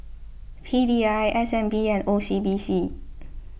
P D I S N B and O C B C